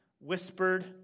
whispered